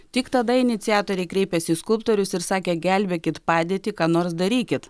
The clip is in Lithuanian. tik tada iniciatoriai kreipėsi į skulptorius ir sakė gelbėkit padėtį ką nors darykit